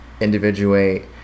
individuate